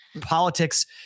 politics